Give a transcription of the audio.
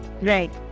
Right